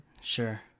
Sure